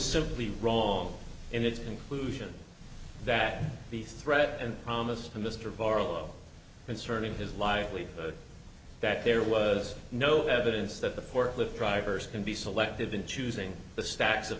simply wrong in its conclusion that the threat and promise to mr barlow concerning his livelihood that there was no evidence that the forklift drivers can be selective in choosing the stacks of